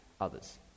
others